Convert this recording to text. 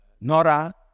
Nora